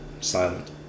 silent